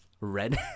red